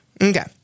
Okay